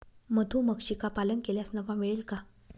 मधुमक्षिका पालन केल्यास नफा मिळेल का?